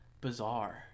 Bizarre